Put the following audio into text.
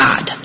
God